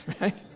right